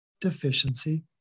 deficiency